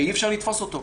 ואי-אפשר לתפוס אותו.